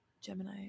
Gemini